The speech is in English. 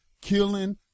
killing